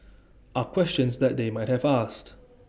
are questions that they might have asked